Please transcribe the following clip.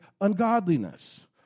ungodliness